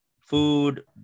food